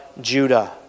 Judah